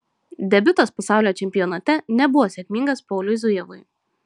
debiutas pasaulio čempionate nebuvo sėkmingas pauliui zujevui